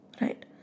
right